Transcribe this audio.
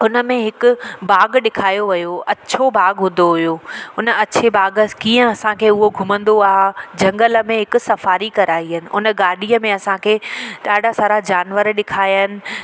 हुन में हिकु बाग़ु ॾिखायो वियो अछो बाग़ु हूंदो हुओ हुन अछे बाग कीअं असांखे उहो मूंखे घुमंदो आहे जंगल में हिकु सफारी कराई आहिनि अन गाॾीअ में असांखे ॾाढा सारा जानवर ॾेखारिया आहिनि